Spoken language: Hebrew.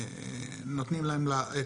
אישרו להם את